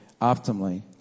optimally